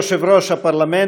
יושב-ראש הפרלמנט,